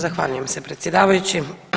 Zahvaljujem se predsjedavajući.